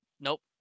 Nope